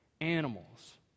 animals